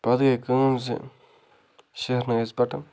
پَتہٕ گٔے کٲم زِ شیرنٲوۍ اَسہِ بَٹَن